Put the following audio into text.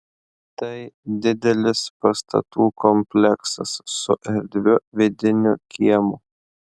tai didelis pastatų kompleksas su erdviu vidiniu kiemu